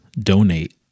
donate